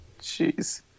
Jeez